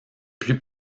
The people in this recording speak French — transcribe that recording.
plus